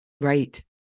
Right